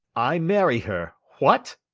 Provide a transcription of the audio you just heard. i marry her what?